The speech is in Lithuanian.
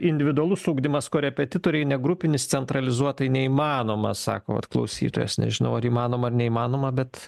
individualus ugdymas korepetitoriai ne grupinis centralizuotai neįmanomas sako vat klausytojas nežinau ar įmanoma ar neįmanoma bet